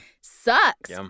Sucks